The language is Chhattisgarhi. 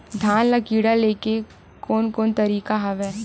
धान ल कीड़ा ले के कोन कोन तरीका हवय?